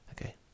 Okay